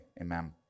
amen